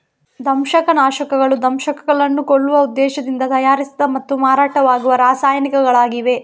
ದಂಶಕ ನಾಶಕಗಳು ದಂಶಕಗಳನ್ನು ಕೊಲ್ಲುವ ಉದ್ದೇಶದಿಂದ ತಯಾರಿಸಿದ ಮತ್ತು ಮಾರಾಟವಾಗುವ ರಾಸಾಯನಿಕಗಳಾಗಿವೆ